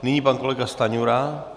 Nyní pan kolega Stanjura.